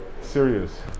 serious